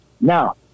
Now